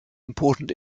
important